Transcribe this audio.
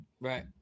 Right